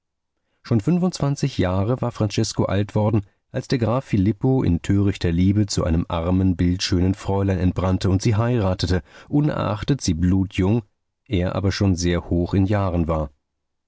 schon fünfundzwanzig jahre war francesko alt worden als der graf filippo in törichter liebe zu einem armen bildschönen fräulein entbrannte und sie heiratete unerachtet sie blutjung er aber schon sehr hoch in jahren war